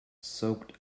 soaked